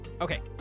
Okay